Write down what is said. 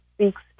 speaks